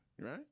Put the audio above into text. right